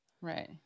Right